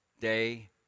day